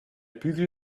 bügel